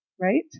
right